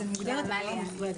זאת מוגדרת עבירה נפרדת והיא מוחרגת.